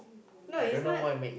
now is not